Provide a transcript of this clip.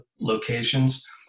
locations